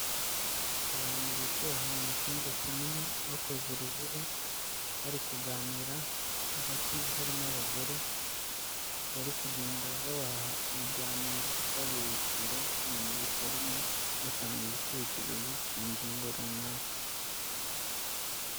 Abantu bicaye ahantu mu cyumba kinini bakoze uruziga, bari kuganira, hagati harimo abagore bari kugenda babaha ibiganiro, baberekera uko ibintu bikorwa, batanga ibitekerezo ku ngingo runaka.